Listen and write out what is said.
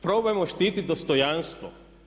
Probajmo štiti dostojanstvo.